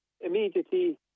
immediately